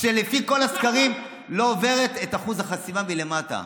שלפי כל הסקרים לא עוברת את אחוז החסימה מלמטה.